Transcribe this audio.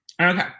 Okay